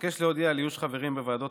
אבקש להודיע על איוש חברים בוועדות